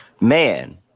man